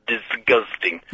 Disgusting